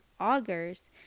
augers